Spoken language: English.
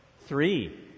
Three